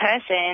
person